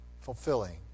fulfilling